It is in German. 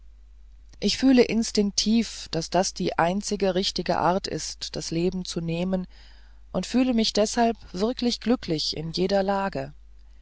ich fühle instinktiv daß das die einzige richtige art ist das leben zu nehmen und fühle mich deshalb wirklich glücklich in jeder lage